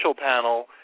panel